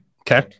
Okay